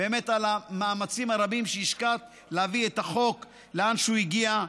על המאמצים הרבים שהשקעת כדי להביא את החוק לאן שהוא הגיע.